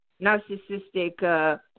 narcissistic